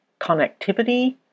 connectivity